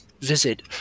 visit